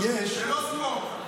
זה לא ספורט,